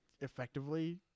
effectively